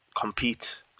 compete